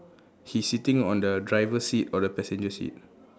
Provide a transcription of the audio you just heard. he sitting on the driver seat or the passenger seat